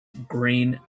green